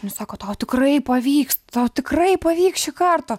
jinai sako tau tikrai pavyks tau tikrai pavyks šį kartą